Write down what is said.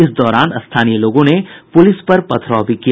इस दौरान स्थानीय लोगों ने पुलिस पर पथराव भी किया